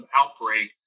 outbreak